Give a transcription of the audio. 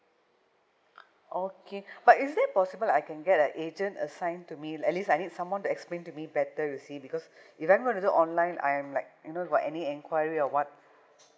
okay but is it possible I can get a agent assigned to me like at least I need someone to explain to me better you see because if I'm going to do it online I'm like you know for any enquiry or what